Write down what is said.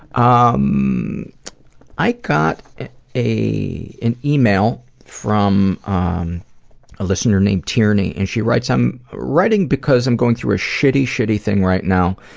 um i got a an email from ah um a listener named tierney, and she writes i'm writing because i'm going through a shitty, shitty thing right now,